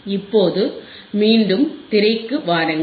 இப்போது மீண்டும் திரைக்கு வாருங்கள்